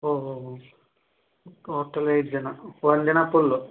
ಓಹೋ ಹೋ ಹೋ ಟೋಟಲಿ ಐದು ಜನ ಒಂದಿನ ಫುಲ್ಲು